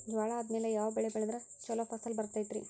ಜ್ವಾಳಾ ಆದ್ಮೇಲ ಯಾವ ಬೆಳೆ ಬೆಳೆದ್ರ ಛಲೋ ಫಸಲ್ ಬರತೈತ್ರಿ?